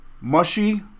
mushy